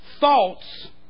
thoughts